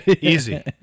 Easy